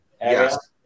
Yes